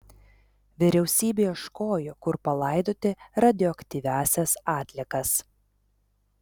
vyriausybė ieškojo kur palaidoti radioaktyviąsias atliekas